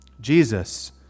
Jesus